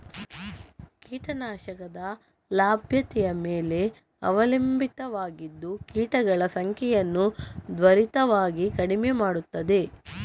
ಕೀಟ ನಾಶಕದ ಲಭ್ಯತೆಯ ಮೇಲೆ ಅವಲಂಬಿತವಾಗಿದ್ದು ಕೀಟಗಳ ಸಂಖ್ಯೆಯನ್ನು ತ್ವರಿತವಾಗಿ ಕಡಿಮೆ ಮಾಡುತ್ತದೆ